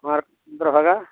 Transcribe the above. Konark Chandrabhaga